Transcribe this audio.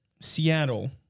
Seattle